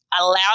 allow